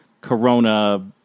Corona